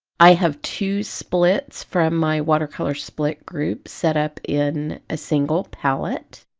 i have two splits from my watercolor split group set up in a single palette.